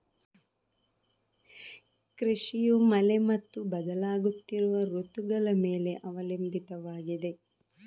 ಕೃಷಿಯು ಮಳೆ ಮತ್ತು ಬದಲಾಗುತ್ತಿರುವ ಋತುಗಳ ಮೇಲೆ ಅವಲಂಬಿತವಾಗಿದೆ